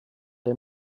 der